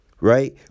right